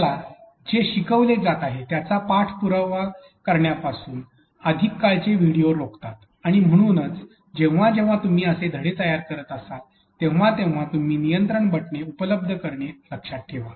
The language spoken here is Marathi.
आपल्याला जे शिकवले जात आहेत त्याचा पाठपुरावा करण्यापासून अधिक काळाचे व्हिडिओ रोखतात आणि म्हणून जेव्हा जेव्हा तुम्ही असे धडे तयार करत असाल तेव्हा तेव्हा तुम्ही नियंत्रण बटणे उपलब्ध करणे लक्षात ठेवा